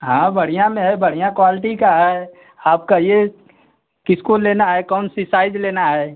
हाँ बढ़िया में है बढ़िया क्वालटी का है आप कहिए किसको लेना है कौन सी साइज लेना है